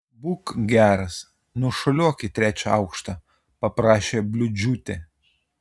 būk geras nušuoliuok į trečią aukštą paprašė bliūdžiūtė